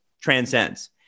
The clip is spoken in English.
transcends